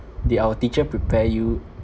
did our teacher prepare you